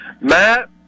Matt